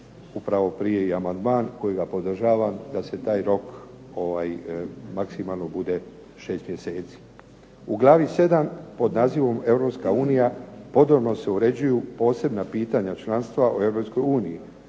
upravo prije i amandman kojega podržavam, da se taj rok maksimalno bude 6 mjeseci. U glavi VII. pod nazivom Europska unija podrobno se uređuju posebna pitanja članstva o